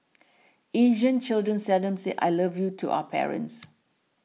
Asian children seldom say I love you to our parents